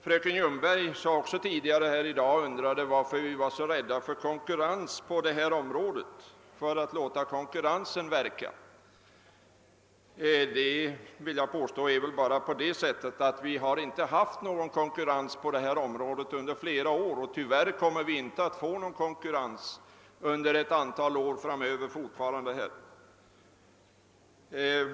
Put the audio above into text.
Fröken Ljungberg undrade varför vi är så rädda för att låta konkurrensen verka inom bostadsproduktionen. Men vi har väl inte haft någon konkurrens på området under fler år, och tyvärr kommer vi inte heller att få någon under lång tid framöver.